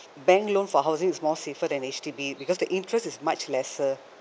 bank loan for housing is more safer than H_D_B because the interest is much lesser